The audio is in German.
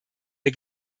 der